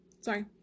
sorry